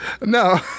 No